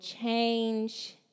change